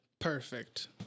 Perfect